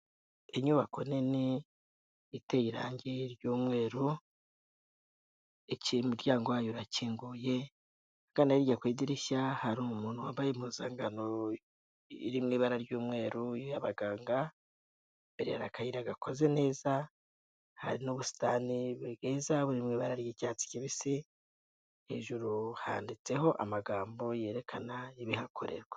Inyubako nini iteye irangi ry'umweru, ikindi umuryango wayo urakinguye, ahagana hirya ku idirishya, hari umuntu wambaye impuzangano iri mu ibara ry'umweru y'abaganga, hirya hari akayira gakoze neza, hari n'ubusitani bwiza mu ibara ry'icyatsi kibisi, hejuru handitseho amagambo yerekana ibihakorerwa.